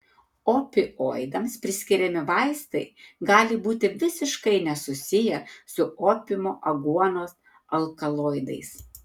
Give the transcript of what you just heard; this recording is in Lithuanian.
opioidams priskiriami vaistai gali būti visiškai nesusiję su opiumo aguonos alkaloidais